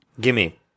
Gimme